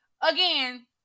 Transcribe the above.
again